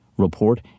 Report